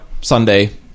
Sunday